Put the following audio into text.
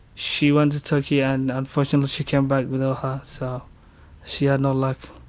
she went to turkey and unfortunately she came back without her. so she had no luck.